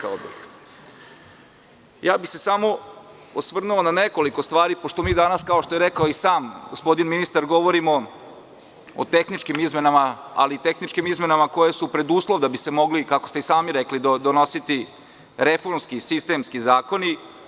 Samo bih se osvrnuo na nekoliko stvari, pošto mi danas, kao što je rekao i sam gospodin ministar, govorimo o tehničkim izmenama, ali o tehničkim izmenama koji su preduslov da bi se mogli, kako ste i sami rekli, donositi reformski i sistemski zakoni.